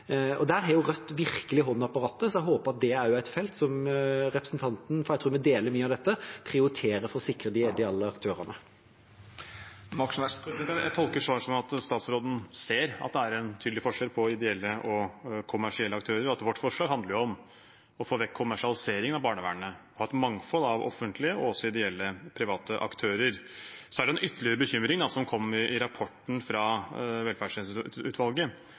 jeg tror vi er enig i mye av dette – at det er et felt representanten prioriterer for å sikre de ideelle aktørene. Jeg tolker svaret slik at statsråden ser at det er en tydelig forskjell mellom ideelle og kommersielle aktører, og at vårt forslag handler om å få vekk kommersialiseringen av barnevernet og få et mangfold av offentlige og ideelle private aktører. Så er det ytterligere en bekymring som kom i rapporten fra